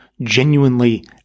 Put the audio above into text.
genuinely